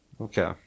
Okay